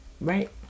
Right